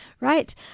right